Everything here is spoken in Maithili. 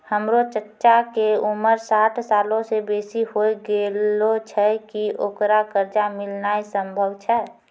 हमरो चच्चा के उमर साठ सालो से बेसी होय गेलो छै, कि ओकरा कर्जा मिलनाय सम्भव छै?